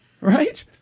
Right